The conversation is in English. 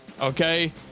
okay